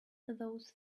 those